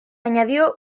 añadió